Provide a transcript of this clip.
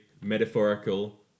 metaphorical